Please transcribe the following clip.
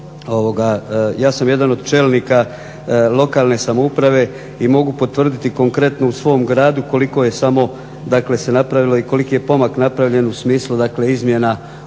Ja sam jedan od čelnika lokalne samouprave i mogu potvrditi konkretno u svom gradu koliko je samo dakle se napravilo i koliki je pomak dakle napravljen u smislu dakle izmjena